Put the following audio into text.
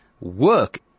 work